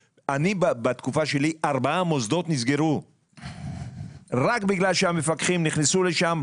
בתקופה שלי ארבעה מוסדות נסגרו רק בגלל שהמפקחים נכנסו לשם,